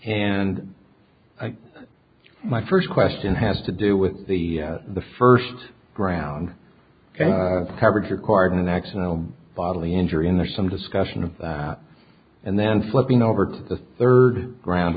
and i my first question has to do with the the first ground of coverage acquired an accidental bodily injury and there's some discussion of that and then flipping over to the third ground